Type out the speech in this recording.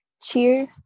cheer